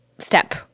Step